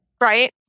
Right